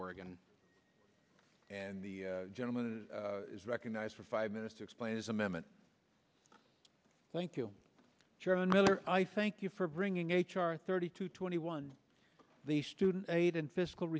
oregon and the gentleman is recognized for five minutes to explain his amendment thank you chairman miller i thank you for bringing h r thirty two twenty one the student aid in fiscal